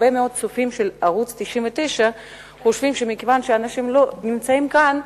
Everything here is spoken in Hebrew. הרבה מאוד צופים של ערוץ-99 חושבים שמכיוון שאנשים לא נמצאים כאן,